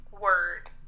word